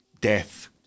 death